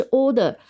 order